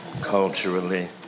culturally